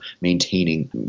maintaining